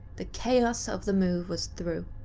the chaos of the move was through,